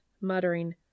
muttering